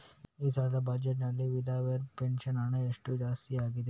ಈ ಸಲದ ಬಜೆಟ್ ನಲ್ಲಿ ವಿಧವೆರ ಪೆನ್ಷನ್ ಹಣ ಎಷ್ಟು ಜಾಸ್ತಿ ಆಗಿದೆ?